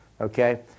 okay